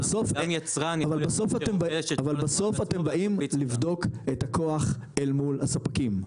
אבל בסוף אתם באים לבדוק את הכוח אל מול הספקים,